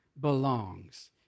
belongs